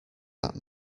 that